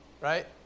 right